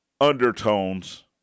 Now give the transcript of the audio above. undertones